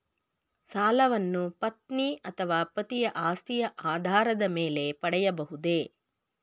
ಸಾಲವನ್ನು ಪತ್ನಿ ಅಥವಾ ಪತಿಯ ಆಸ್ತಿಯ ಆಧಾರದ ಮೇಲೆ ಪಡೆಯಬಹುದೇ?